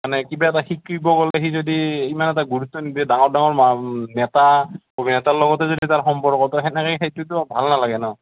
মানে কিবা এটা শিকিব গ'লে সি যদি ইমান এটা গুৰুত্ব নিদিয়ে ডাঙৰ ডাঙৰ নেতা নেতাৰ লগতে যদি তাৰ সম্পৰ্কটো সেনেকৈ সেইটোতো ভাল নেলাগে ন'